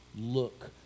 look